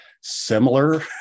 similar